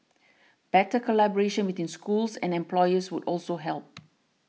better collaboration between schools and employers would also help